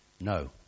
No